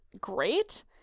great